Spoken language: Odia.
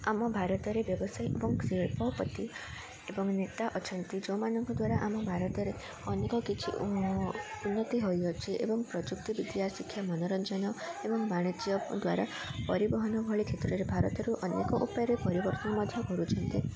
ଆମ ଭାରତରେ ବ୍ୟବସାୟୀ ଏବଂ ଶିଳ୍ପପତି ଏବଂ ନେତା ଅଛନ୍ତି ଯେଉଁମାନଙ୍କ ଦ୍ୱାରା ଆମ ଭାରତରେ ଅନେକ କିଛି ଉନ୍ନତି ହୋଇଅଛି ଏବଂ ପ୍ରଯୁକ୍ତି ବିିଦ୍ୟା ଶିକ୍ଷା ମନୋରଞ୍ଜନ ଏବଂ ବାଣିଜ୍ୟ ଦ୍ୱାରା ପରିବହନ ଭଳି କ୍ଷେତ୍ରରେ ଭାରତରୁ ଅନେକ ଉପାୟରେ ପରିବର୍ତ୍ତନ ମଧ୍ୟ କରୁଛନ୍ତି